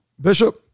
Bishop